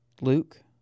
Luke